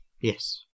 Yes